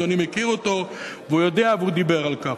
אדוני מכיר אותו והוא יודע והוא דיבר על כך.